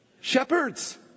Shepherds